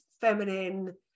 feminine